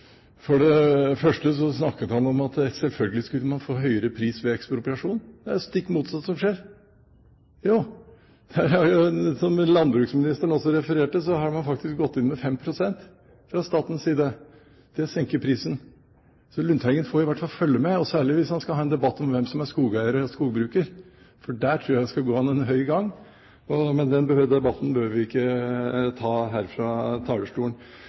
for det som blir sagt. For det første snakket han om at selvfølgelig skulle man få høyere pris ved ekspropriasjon. Det er det stikk motsatte som skjer. Som landbruksministeren også refererte til, har man faktisk gått inn med 5 pst. fra statens side for å senke prisen. Lundteigen får i hvert fall følge med, særlig hvis han skal ha en debatt om hvem som er skogeier og skogbruker. Der tror jeg jeg skal gå ham en høy gang. Men den debatten behøver vi ikke ta her fra talerstolen.